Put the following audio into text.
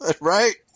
right